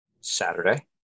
Saturday